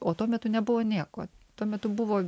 o tuo metu nebuvo nieko tuo metu buvo